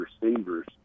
receivers